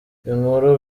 inkuru